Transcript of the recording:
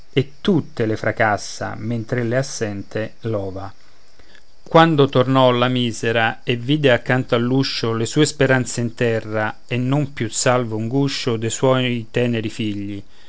e tutte le fracassa mentr'ella è assente l'ova quando tornò la misera e vide accanto all'uscio le sue speranze in terra e non più salvo un guscio de suoi teneri figli